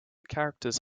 characters